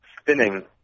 spinning